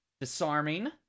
Disarming